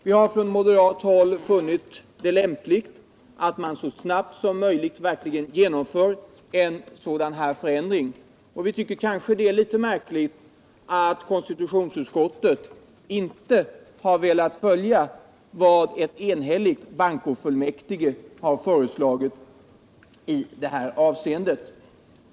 Vi har från moderat håll funnit det lämpligt att man så snart som möjligt verkligen genomför en sådan förändring, och vi tycker att det är litet märkligt att konstitutionsutskottet inte har velat följa vad ett enhälligt bankofullmäktige har föreslagit i det här avseendet.